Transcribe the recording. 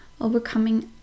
overcoming